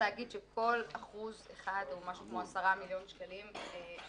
להגיד שכל אחוז אחד זה משהו כמו 10 מיליון שקלים של